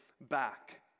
back